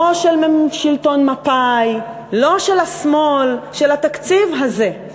לא של שלטון מפא"י, לא של השמאל, של התקציב הזה.